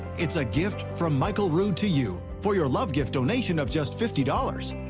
it's a gift from michael rood to you for your love gift donation of just fifty dollars.